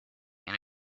and